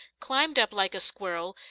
climbed up like a squirrel,